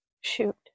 shoot